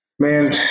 Man